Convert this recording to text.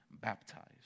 baptized